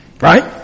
Right